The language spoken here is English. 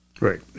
Right